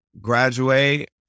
graduate